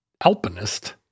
Alpinist